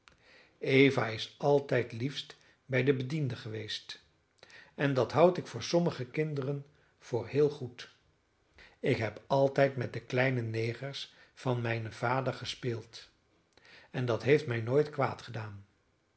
eva is altijd liefst bij de bedienden geweest en dat houd ik voor sommige kinderen voor heel goed ik heb altijd met de kleine negers van mijnen vader gespeeld en dat heeft mij nooit kwaad gedaan